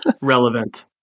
Relevant